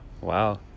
Wow